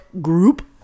group